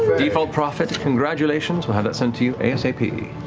default prophet. congratulations. we'll have that sent to you asap.